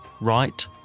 right